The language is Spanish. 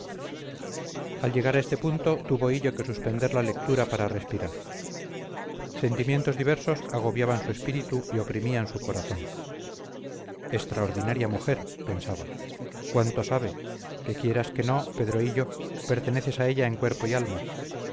al llegar a este punto tuvo hillo que suspender la lectura para respirar sentimientos diversos agobiaban su espíritu y oprimían su corazón extraordinaria mujer pensaba cuánto sabe que quieras que no pedro hillo perteneces a ella en cuerpo y alma